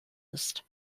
ist